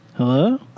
Hello